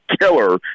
killer